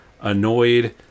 annoyed